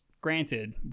granted